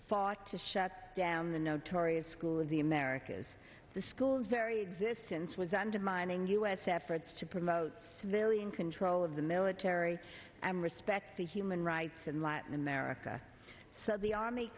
fought to shut down the notorious school of the americas the school very existence was undermining u s efforts to promote civilian control of the military and respect the human rights in latin america so the army